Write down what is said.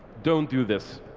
don't do this.